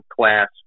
class